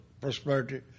prosperity